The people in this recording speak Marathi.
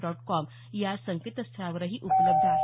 डॉट कॉम या संकेतस्थळावरही उपलब्ध आहे